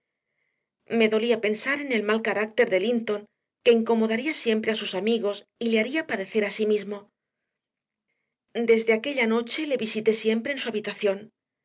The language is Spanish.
me dolía pensar en el mal carácter de linton que incomodaría siempre a sus amigos y le haría padecer a sí mismo desde aquella noche le visité siempre en su habitación